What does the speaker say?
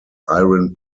iron